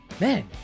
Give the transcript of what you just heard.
man